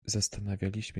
zastanawialiśmy